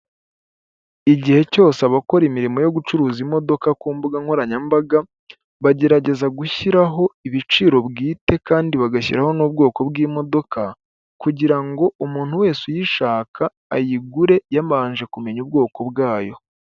Igihe cyose abakora imirimo yo gucuruza imodoka ku mbuga nkoranyambaga bagerageza gushyiraho ibiciro bwite kandi bagashyiraho n'ubwoko bw'imodoka kugira ngo umuntu wese uyishaka ayigure yabanje kumenya ubwoko bwayo.